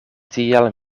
tiel